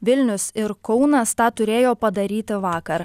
vilnius ir kaunas tą turėjo padaryti vakar